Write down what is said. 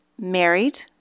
married